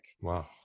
Wow